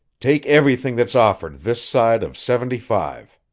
take everything that's offered this side of seventy-five.